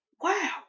wow